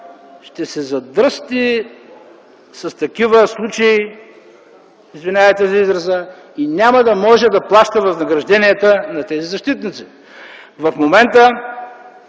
ще се задръсти с такива случаи – извинявайте за израза – и няма да може да плаща възнагражденията на тези защитници. В момента